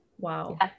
Wow